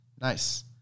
Nice